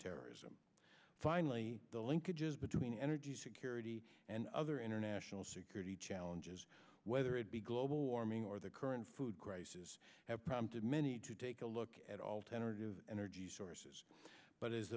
terrorism finally linkages between energy security and other international says challenges whether it be global warming or the current food crisis has prompted many to take a look at alternative energy sources but